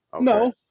No